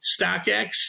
StockX